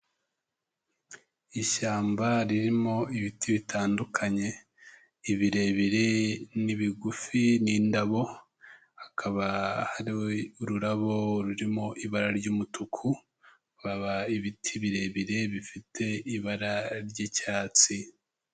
Ishyamba ririmo ibiti bitandukanye, ibirebire ni bigufi n'indabo hakaba hari ururabo rurimo ibara ry'umutuku hakaba ibiti birebire bifite ibara ry'icyatsi.